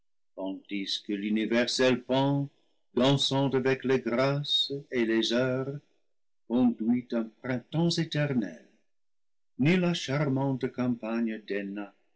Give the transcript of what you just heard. que l'universel pan dansant avec les grâces et les heures conduit un printemps éternel ni la charmante campagne